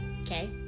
Okay